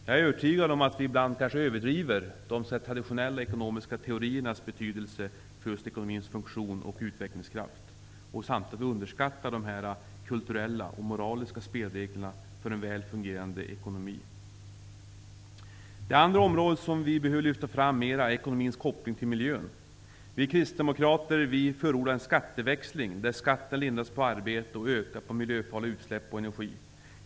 Jag är övertygad om att vi ibland kanske överdriver de traditionella ekonomiska teoriernas betydelse för ekonomins funktion och utvecklingskraft och samtidigt underskattar de kulturella och moraliska spelreglernas betydelse för en väl fungerande ekonomi. Det andra område som vi behöver lyfta fram är ekonomins koppling till miljön. Vi kristdemokrater förordar en skatteväxling, där skatten lindras på arbete och ökar på miljöfarliga utsläpp och energi.